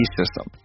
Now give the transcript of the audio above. system